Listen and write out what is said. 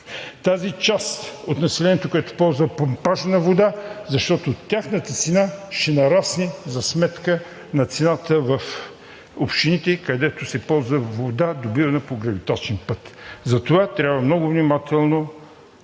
тази част от населението, която ползва помпажна вода, защото тяхната цена ще нарасне за сметка на цената в общините, където се ползва вода, добивана по гравитачен път. Затова трябва много внимателно